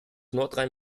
nordrhein